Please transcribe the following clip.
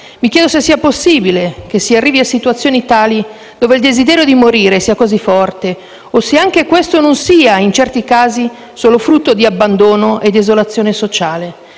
Mi chiedo se sia possibile che si arrivi a situazioni tali dove il desiderio di morire sia così forte e se anche questo non sia, in certi casi, solo frutto di abbandono e desolazione sociale.